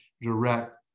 direct